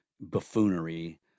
buffoonery